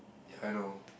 I know